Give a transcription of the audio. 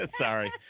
sorry